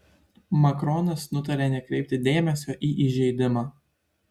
makronas nutarė nekreipti dėmesio į įžeidimą